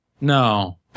No